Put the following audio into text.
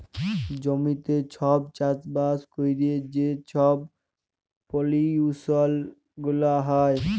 জমিতে ছব চাষবাস ক্যইরে যে ছব পলিউশল গুলা হ্যয়